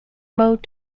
mode